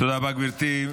תודה רבה, גברתי.